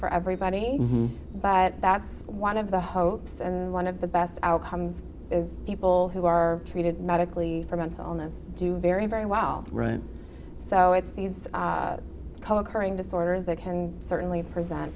for everybody but that's one of the hopes and one of the best outcomes is people who are treated medically for mental illness do very very well right so it's these co occurring disorders that can certainly present